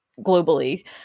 globally